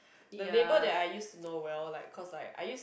the label that I used to know well like cause like I use